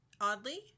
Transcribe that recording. oddly